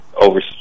over